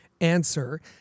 answer